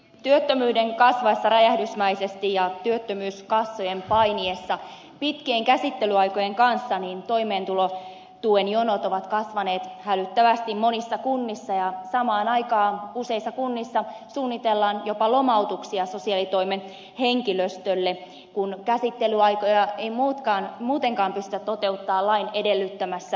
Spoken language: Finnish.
työttömyyden kasvaessa räjähdysmäisesti ja työttömyyskassojen painiessa pitkien käsittelyaikojen kanssa toimeentulotuen jonot ovat kasvaneet hälyttävästi monissa kunnissa ja samaan aikaan useissa kunnissa suunnitellaan jopa lomautuksia sosiaalitoimen henkilöstölle kun käsittelyaikoja ei muutenkaan pystytä toteuttamaan lain edellyttämässä ajassa